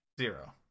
Zero